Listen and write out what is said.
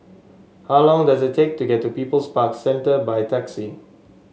how long does it take to get to People's Park Centre by taxi